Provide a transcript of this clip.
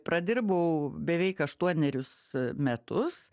pradirbau beveik aštuonerius metus